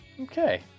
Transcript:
Okay